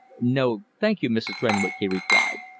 no, thank you, mrs. renwick, he replied,